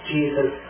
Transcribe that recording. Jesus